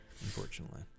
unfortunately